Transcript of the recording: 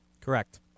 Correct